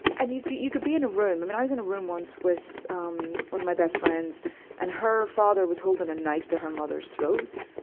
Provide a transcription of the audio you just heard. and you could you could be in a room, i mean i was in a room once with um one of my best friends and her father was holding a knife to her mother's throat.